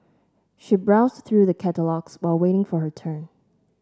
she browsed through the catalogues while waiting for her turn